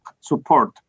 support